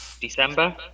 December